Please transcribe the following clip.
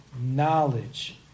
knowledge